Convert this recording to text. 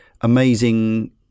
amazing